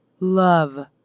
love